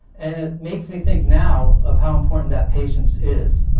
and it makes me think now, of how important that patience is.